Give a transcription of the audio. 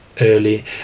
early